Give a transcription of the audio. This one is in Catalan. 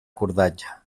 cordatge